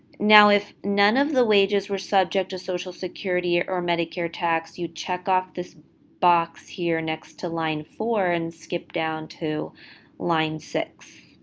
now, if none of the wages were subject to social security or medicare tax, you check off this box here next to line four and skip down to line six.